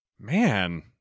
Man